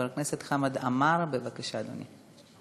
חבר הכנסת חמד עמאר, בבקשה, אדוני.